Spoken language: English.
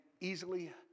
easily